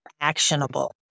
actionable